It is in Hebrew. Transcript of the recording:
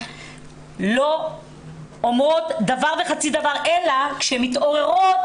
לא אומרת דבר וחצי דבר אלא כאשר הן מתעוררות,